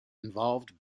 involved